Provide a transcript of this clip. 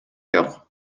жок